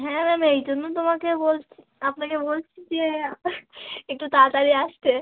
হ্যাঁ ম্যাম এই জন্য তোমাকে বলছি আপনাকে বলছি যে একটু তাড়াতাড়ি আসতে